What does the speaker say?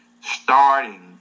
starting